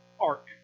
arc